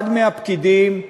אחד מהפקידים,